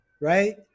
right